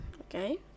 okay